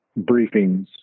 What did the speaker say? briefings